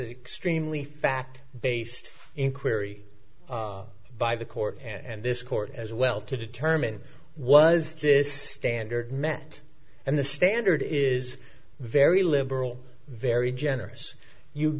extremely fact based inquiry by the court and this court as well to determine was this standard meant and the standard is very liberal very generous you